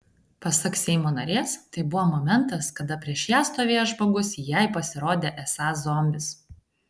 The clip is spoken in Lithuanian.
pasak seimo narės tai buvo momentas kada prieš ją stovėjęs žmogus jai pasirodė esąs zombis